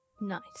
Nice